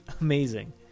amazing